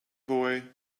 boy